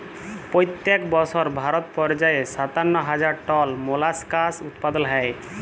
পইত্তেক বসর ভারতে পর্যায়ে সাত্তান্ন হাজার টল মোলাস্কাস উৎপাদল হ্যয়